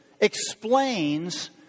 explains